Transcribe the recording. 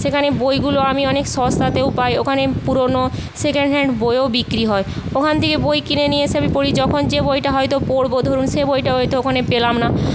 সেখানে বইগুলো আমি অনেক সস্তাতেও পায় ওখানে পুরোনো সেকেন্ড হ্যান্ড বইও বিক্রি হয় ওখান থেকে বই কিনে নিয়ে এসে আমি পড়ি যখন যেই বইটা হয়তো পড়বো ধরুন সেই বইটা হয়তো ওখানে পেলাম না